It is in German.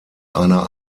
einer